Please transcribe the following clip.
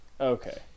Okay